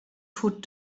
food